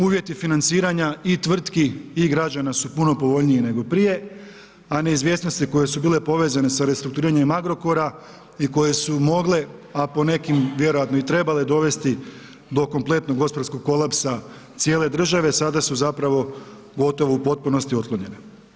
Uvjeti financiranja i tvrtki i građana su puno povoljniji nego prije, a neizvjesnosti koje su bile povezane sa restrukturiranjem Agrokora i koje su mogle, a po nekim vjerojatno i trebale dovesti do kompletnog gospodarskog kolapsa cijele države, sada su zapravo gotovo u potpunosti otklonjene.